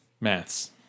Maths